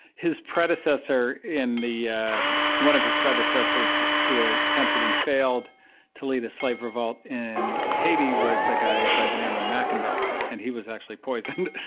his predecessor in the one of his predecessors who ah attempted and failed to lead a slave revolt in haiti was a guy by the name of mackendal and he was actually poisoned.